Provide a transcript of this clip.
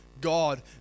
God